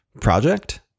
project